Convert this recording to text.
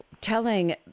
telling